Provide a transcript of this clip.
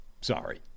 Sorry